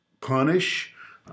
punish